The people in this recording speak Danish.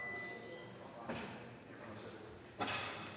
Tak